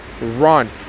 run